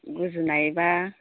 गुजुनाय बा